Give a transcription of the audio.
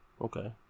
Okay